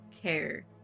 care